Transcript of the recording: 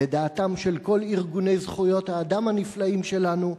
לדעתם של כל ארגוני זכויות האדם הנפלאים שלנו,